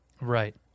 Right